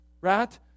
Right